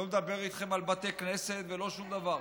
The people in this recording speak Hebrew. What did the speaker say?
לא מדבר איתכם על בתי כנסת ולא על שום דבר.